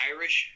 Irish